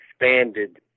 expanded